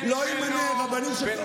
לא ימונו רבנים שקוראים להסתה,